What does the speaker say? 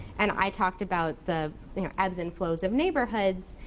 and i talked about the ebbs and flows of neighborhoods,